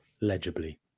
legibly